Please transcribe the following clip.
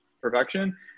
perfection